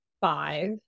five